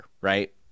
Right